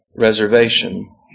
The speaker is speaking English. reservation